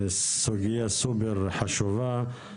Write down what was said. סוגייה סופר חשובה.